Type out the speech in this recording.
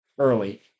early